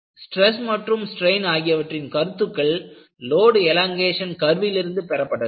stress மற்றும் strain ஆகியவற்றின் கருத்துக்கள் லோடு எலாங்கேஷன் கர்விலிருந்து பெறப்பட்டது